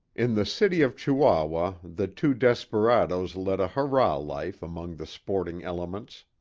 in the city of chihuahua, the two desperadoes led a hurrah life among the sporting elements.